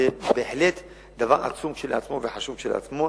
זה בהחלט דבר עצום כשלעצמו וחשוב כשלעצמו.